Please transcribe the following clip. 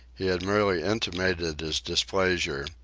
he had merely intimated his displeasure,